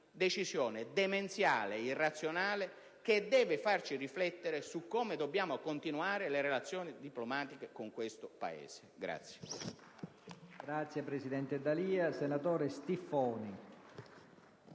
decisione demenziale ed irrazionale, che deve farci riflettere su come dobbiamo continuare le relazioni diplomatiche con il Brasile.